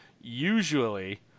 Usually